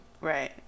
Right